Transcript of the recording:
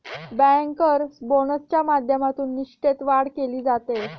banker बोनसच्या माध्यमातून निष्ठेत वाढ केली जाते